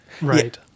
right